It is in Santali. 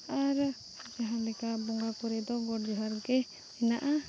ᱟᱨ ᱡᱟᱦᱟᱸ ᱞᱮᱠᱟ ᱵᱚᱸᱜᱟ ᱠᱚᱨᱮ ᱫᱚ ᱜᱚᱴ ᱡᱚᱦᱟᱨᱜᱮ ᱦᱮᱱᱟᱜᱼᱟ